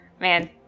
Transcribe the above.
Man